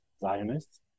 Zionists